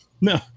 No